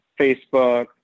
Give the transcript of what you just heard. Facebook